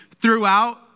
throughout